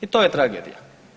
I to je tragedija.